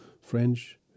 French